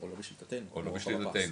או בשליטתנו.